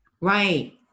Right